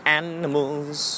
animals